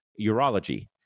Urology